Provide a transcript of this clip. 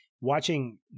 Watching